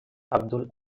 abdul